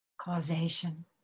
causation